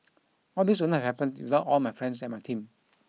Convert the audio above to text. all this would not have happened without all my friends and my team